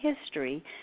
history